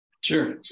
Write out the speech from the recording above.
Sure